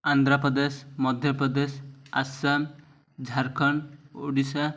Andhra Pradesh Madhya Pradesh Assam Jharkhand Odisha